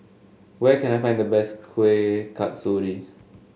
where can I find the best Kuih Kasturi